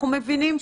יכול להיות